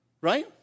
right